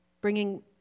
bringing